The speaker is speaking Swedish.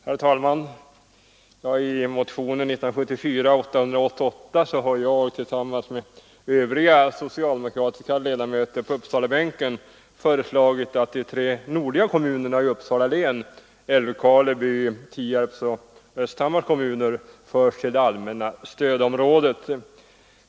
Herr talman! I motionen 1974:888 har jag tillsammans med övriga socialdemokratiska ledamöter på Uppsalabänken föreslagit att de tre nordliga kommunerna i Uppsala län — Älvkarleby, Tierp och Östhammar — skall föras till det allmänna stödområdet.